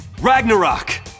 Ragnarok